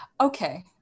Okay